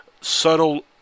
subtle